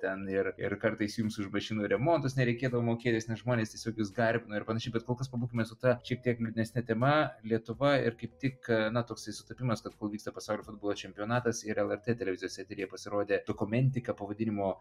ten ir ir kartais jums už mašinų remontus nereikėdavo mokėtis nes žmonės tiesiog jus garbina ir panašiai bet kol kas pabūkime su ta šitiek liūdnesne tema lietuva ir kaip tik na toks sutapimas kad kol vyksta pasaulio futbolo čempionatas ir lrt televizijos eteryje pasirodė dokumentika pavadinimu